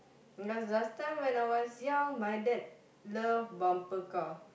because last time when I was young my dad love bumper car